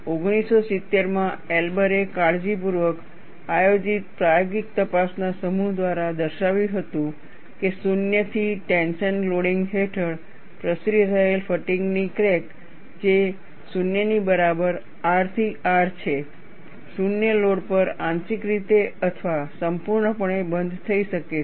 1970માં એલ્બરે કાળજીપૂર્વક આયોજિત પ્રાયોગિક તપાસના સમૂહ દ્વારા દર્શાવ્યું હતું કે શૂન્યથી ટેન્શન લોડિંગ હેઠળ પ્રસરી રહેલી ફટીગ ની ક્રેક જે 0 ની બરાબર R થી R છે શૂન્ય લોડ પર આંશિક રીતે અથવા સંપૂર્ણપણે બંધ થઈ શકે છે